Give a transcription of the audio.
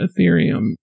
Ethereum